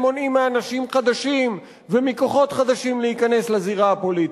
מונעים מאנשים חדשים ומכוחות חדשים להיכנס לזירה הפוליטית.